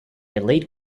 lead